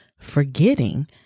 forgetting